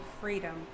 freedom